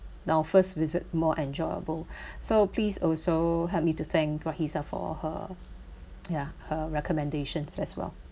our first visit more enjoyable so please also helped me to thank for rahiza for her ya her recommendations as well